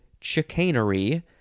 chicanery